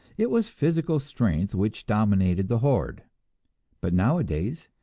it was physical strength which dominated the horde but nowadays,